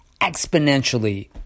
exponentially